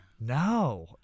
No